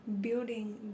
building